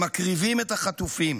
הם מקריבים את החטופים,